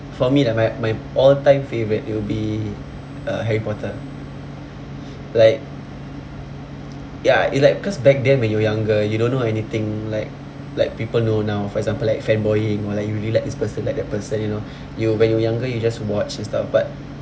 for me like my my all-time favourite it'll be uh harry potter like ya it like because back then when you were younger you don't know anything like like people know now for example like fanboying !wah! like you really like this person like that person you know you when you were younger you just watch and stuff but